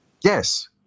Yes